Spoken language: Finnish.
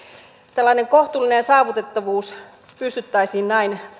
tällainen kohtuullinen saavutettavuus pystyttäisiin näin